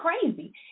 crazy